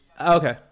Okay